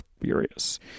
furious